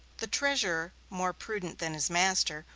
the treasurer, more prudent than his master,